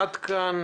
עד כאן